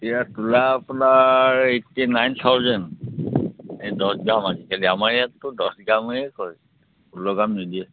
এতিয়া তোলা আপোনাৰ এইটটি নাইন থাওজেণ্ড এই দহ গ্ৰাম আজিকালি আমাৰ ইয়াততো দহ গ্ৰামেই হয় ষোল্ল গ্ৰাম নিদিয়ে